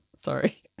Sorry